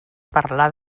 parlar